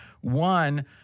One